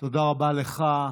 תודה רבה לך,